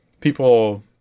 people